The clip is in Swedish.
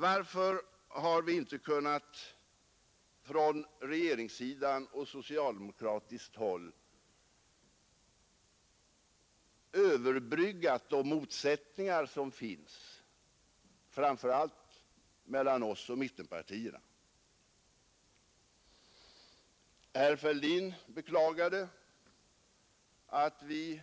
Varför har vi från regeringssidan och från socialdemokratiskt håll över huvud taget inte kunnat överbrygga de motsättningar som finns, framför allt mellan oss och mittenpartierna? Herr Fälldin beklagade att vi